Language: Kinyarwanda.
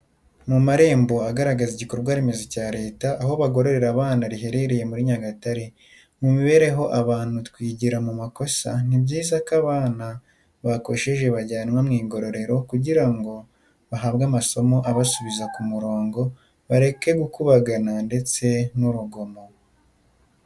Amarembo agaragaza igikorwa remeza cya leta, aho bagororera abana riherereye muri Nyagatare. Mu mibereho abantu twigira mu makosa ni byiza ko abana bakosheje bajyanwa mu igororero kugira ngo bahabwe amasomo abasubiza ku murongo bareke gukubagana ndetse n'urugomo.